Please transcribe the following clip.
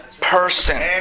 person